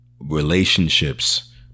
relationships